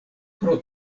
pro